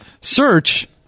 Search